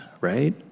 Right